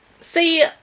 see